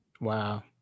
Wow